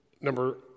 number